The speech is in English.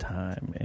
time